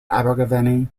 abergavenny